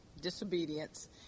disobedience